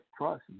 trust